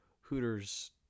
Hooters